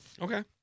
Okay